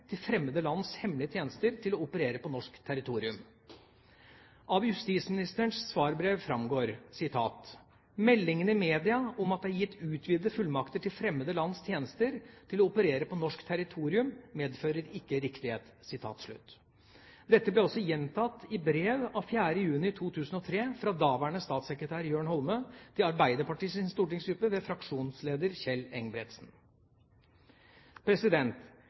til fremmede lands hemmelige tjenester til å operere på norsk territorium. Av justisministerens svarbrev framgår: «Meldingene i mediene om at det er gitt utvidede fullmakter til fremmede lands tjenester til å operere på norsk territorium medfører ikke riktighet.» Dette ble også gjentatt i brev av 4. juni 2003 fra daværende statssekretær Jørn Holme til Arbeiderpartiets stortingsgruppe ved fraksjonsleder Kjell